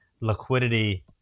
liquidity